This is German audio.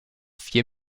vier